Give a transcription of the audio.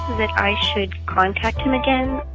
that i should contact him again?